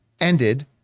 ended